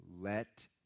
Let